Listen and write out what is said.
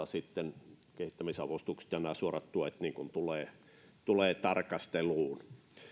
sitten kehittämisavustukset ja nämä suorat tuet tulevat tarkasteluun